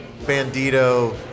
Bandito